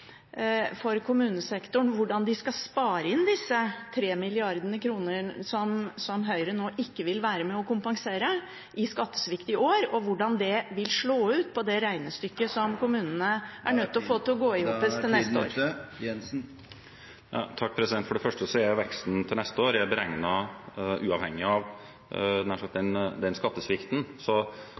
for kommunesektoren hvordan de skal spare inn disse 3 mrd. kr i skattesvikt i år som Høyre nå ikke vil være med og kompensere, og hvordan det vil slå ut på det regnestykket som kommunene er nødt til å få til å gå i hop til neste år? For det første er veksten til neste år beregnet uavhengig av denne skattesvikten, så